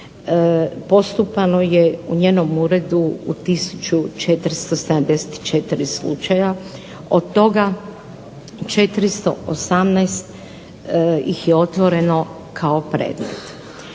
postupano je u njenom uredu u 1474 slučaja, od toga 418 ih je otvoreno kao predmet.